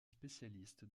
spécialiste